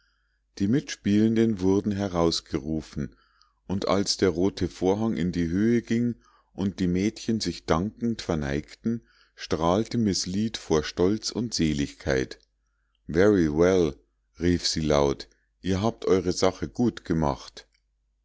die mitspielenden wurden herausgerufen und als der rote vorhang in die höhe ging und die mädchen sich dankend verneigten strahlte miß lead vor stolz und seligkeit very well rief sie laut ihr habt eure sache gut gemacht